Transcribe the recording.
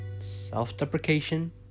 self-deprecation